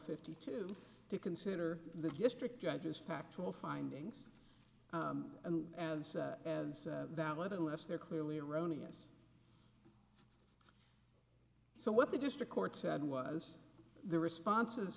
fifty two to consider the district judges factual findings as as valid unless they're clearly erroneous so what the district court said was the response